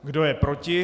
Kdo je proti?